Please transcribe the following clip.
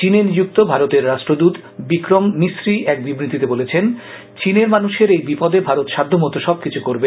চীনে নিযুক্ত ভারতের রাষ্ট্রদত বিক্রম মিসরি এক বিবৃতিতে বলেছেন চীনের মানুষের এই বিপদে ভারত সাধ্যমত সবকিছু করবে